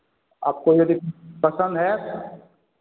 आपको यदि पसंद है